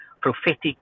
prophetic